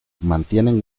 mantienen